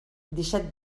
disset